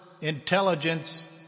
intelligence